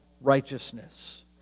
righteousness